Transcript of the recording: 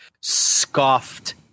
scoffed